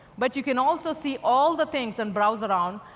but you can also see all the things, and browse around,